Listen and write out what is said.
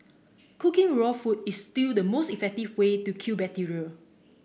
cooking raw food is still the most effective way to kill bacteria